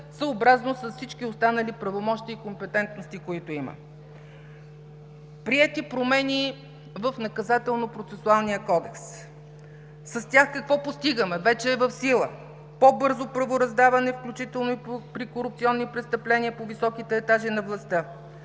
съобразно с всички останали правомощия и компетентности, които има. Приети промени в Наказателно-процесуалния кодекс. С тях какво постигаме? Вече е в сила. По-бързо правораздаване, включително и при корупционни престъпления по високите етажи на властта;